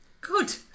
Good